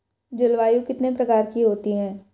जलवायु कितने प्रकार की होती हैं?